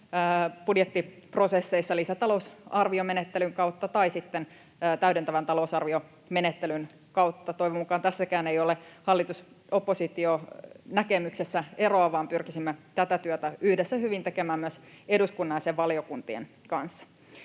budjettiprosesseissa lisätalousarviomenettelyn kautta tai sitten täydentävän talousarviomenettelyn kautta. Toivon mukaan tässäkään ei ole hallituksen ja opposition näkemyksissä eroa, vaan pyrkisimme tätä työtä yhdessä hyvin tekemään myös eduskunnan ja sen valiokuntien kanssa.